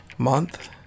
month